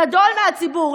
גדול מהציבור,